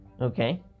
okay